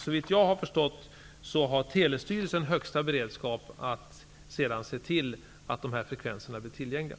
Såvitt jag har förstått har Telestyrelsen högsta beredskap för att sedan se till att dessa frekvenser blir tillgängliga.